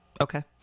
Okay